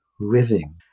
living